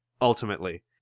ultimately